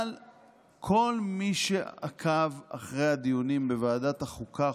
אבל כל מי שעקב אחרי הדיונים בוועדת החוקה,